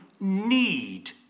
need